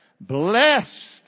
Blessed